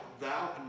thou